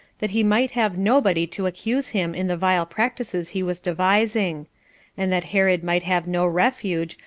that he might have nobody to accuse him in the vile practices he was devising and that herod might have no refuge,